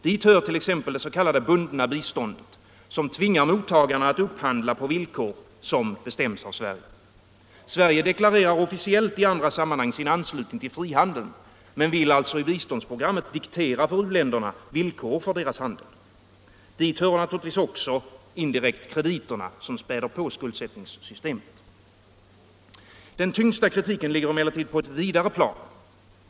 Dit hör t.ex. det s.k. bundna biståndet, som tvingar mottagarna att upphandla på villkor som bestäms av Sverige. Sverige deklarerar officiellt i andra sammanhang sin anslutning till frihandeln, men vill i biståndsprogrammet diktera för u-länderna villkor för deras handel. Dit hör naturligtvis också indirekt krediterna, som späder på skuldsättningssystemet. Den tyngsta kritiken ligger emellertid på ett vidare plan.